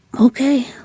Okay